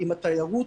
זה יעזור.